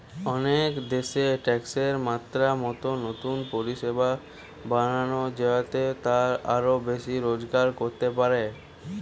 অনেক দেশ ট্যাক্সের মাত্রা মতো নতুন পরিষেবা বানায় যেটাতে তারা আরো বেশি রোজগার করতে পারে